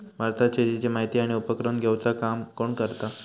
भारतात शेतीची माहिती आणि उपक्रम घेवचा काम कोण करता?